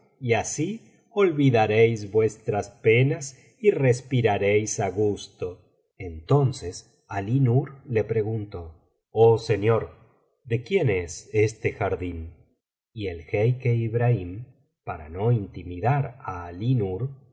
y así olvidaréis vuestras penas y respiraréis á gusto en biblioteca valenciana generalitat valenciana historia de dulce amiga tdnces aií nur le preguntó oh señor ele quién es este jardín y el jeique ibrahim para no intimidar á